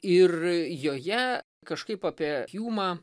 ir joje kažkaip apie hjumą